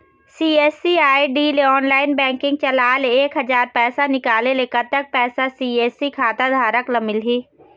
CSC ID ले online banking चलाए ले एक हजार पैसा निकाले ले कतक पैसा सी.एस.सी खाता धारक ला मिलही?